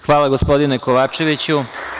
Hvala, gospodine Kovačeviću.